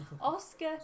Oscar